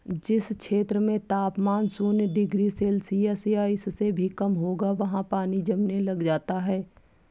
जिस क्षेत्र में तापमान शून्य डिग्री सेल्सियस या इससे भी कम होगा वहाँ पानी जमने लग जाता है